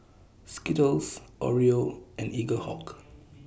Skittles Oreo and Eaglehawk